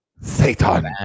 Satan